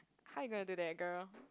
how you gonna do that girl